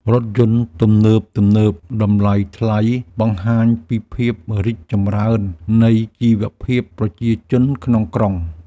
រថយន្តទំនើបៗតម្លៃថ្លៃបង្ហាញពីភាពរីកចម្រើននៃជីវភាពប្រជាជនក្នុងក្រុង។